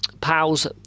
pals